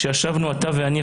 כשישבנו אתה ואני,